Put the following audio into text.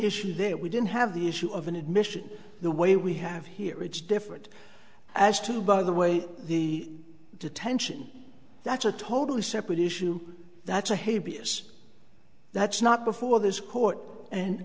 issue that we didn't have the issue of an admission the way we have here it's different as to by the way the detention that's a totally separate issue that's a hate is that's not before this court and